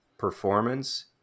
Performance